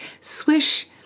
Swish